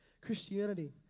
Christianity